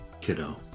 kiddo